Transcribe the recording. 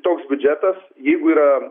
toks biudžetas jeigu yra